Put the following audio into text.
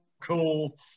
cool